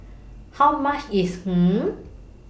How much IS Hummus